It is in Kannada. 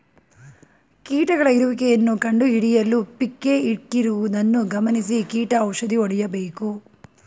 ಕೀಟಗಳ ಇರುವಿಕೆಯನ್ನು ಕಂಡುಹಿಡಿಯಲು ಪಿಕ್ಕೇ ಇಕ್ಕಿರುವುದನ್ನು ಗಮನಿಸಿ ಕೀಟ ಔಷಧಿ ಹೊಡೆಯಬೇಕು